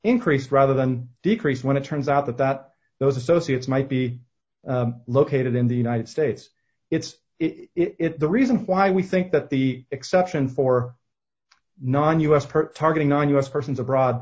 increased rather than decreased when it turns out that that those associates might be located in the united states it's it the reason why we think that the exception for non u s per targeting on u s persons abroad